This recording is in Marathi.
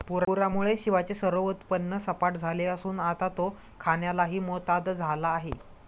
पूरामुळे शिवाचे सर्व उत्पन्न सपाट झाले असून आता तो खाण्यालाही मोताद झाला आहे